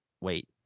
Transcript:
wait